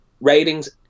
ratings